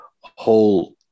whole